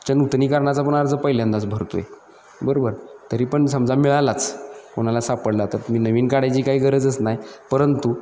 च्या नूतनीकरणाचा पण अर्ज पहिल्यांदाच भरतो आहे बरोबर तरी पण समजा मिळालाच कोणाला सापडला तर मी नवीन काढायची काही गरजच नाही परंतु